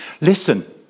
listen